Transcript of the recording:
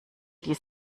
die